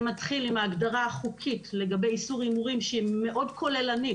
זה מתחיל בהגדרה החוקית לגבי איסור הימורים שהיא מאוד כוללנית.